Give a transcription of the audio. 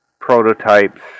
prototypes